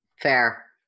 Fair